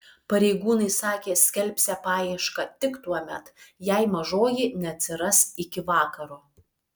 pareigūnai sakė skelbsią paiešką tik tuomet jei mažoji neatsiras iki vakaro